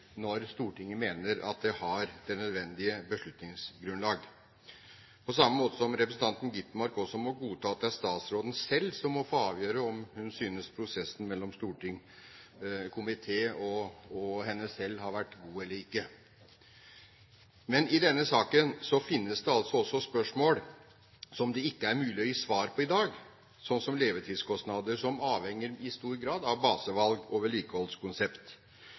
når Stortinget mener at det har det nødvendige beslutningsgrunnlag, på samme måte som representanten Skovholt Gitmark også må godta at det er statsråden selv som må få avgjøre om hun synes prosessen mellom storting, komité og henne selv har vært god eller ikke. Men i denne saken finnes det altså også spørsmål som det ikke er mulig å gi svar på i dag, slik som levetidskostnader, som i stor grad avhenger av basevalg og vedlikeholdskonsept.